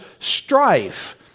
strife